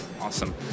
Awesome